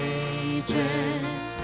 ages